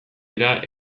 dira